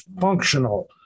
functional